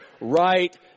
right